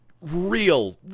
real